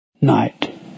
night